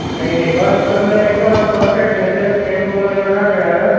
નહીં નહીં બસ તમને એકદમ આમ પરફેક્ટ રહેશે ટેમ્પોમાં ને એમાં ના મેળ આવે